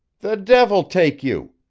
the devil take you!